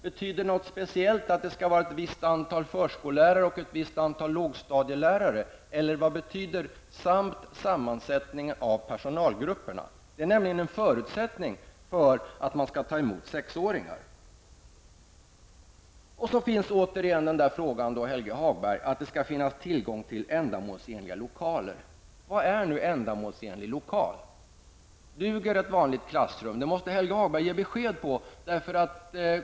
Betyder det att det skall vara ett visst antal förskollärare och ett visst antal lågstadielärare? Eller vad betyder ''sammansättningen av personalgrupperna''? Detta är nämligen en av de förutsättningar som skall var uppfyllda för att man skall ta emot sexåringar. Sedan sägs återigen att det skall finnas tillgång till ändamålsenliga lokaler. Vad är nu en ''ändamålsenlig lokal''? Duger ett vanligt klassrum? Det måste Helge Hagberg ge besked om.